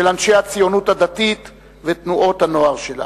אנשי הציונות הדתית ותנועות הנוער שלה.